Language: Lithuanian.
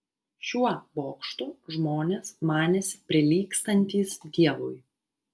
šiuo bokštu žmonės manėsi prilygstantys dievui